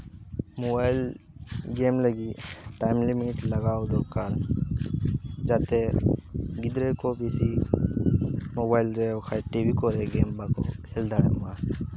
mobile game ᱞᱟᱹᱜᱤᱫ time limit ᱞᱟᱜᱟᱣ ᱫᱚᱨᱠᱟᱨ ᱡᱟᱛᱮ ᱜᱤᱫᱽᱨᱟᱹ ᱠᱚ ᱵᱮᱥᱤ ᱢᱳᱵᱟᱭᱤᱞ ᱨᱮ ᱵᱟᱝᱠᱷᱟᱱ ᱴᱤᱵᱷᱤ ᱠᱚᱨᱮ ᱜᱮᱢ ᱵᱟᱠ ᱠᱷᱮᱞ ᱫᱟᱲᱮᱜ ᱢᱟ